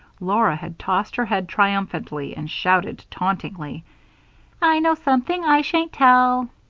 laura had tossed her head triumphantly and shouted tauntingly i know something i shan't tell!